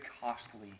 costly